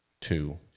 two